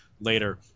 later